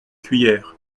cuillère